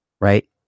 right